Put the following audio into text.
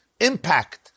impact